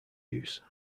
use